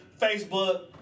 Facebook